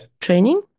training